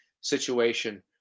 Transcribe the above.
situation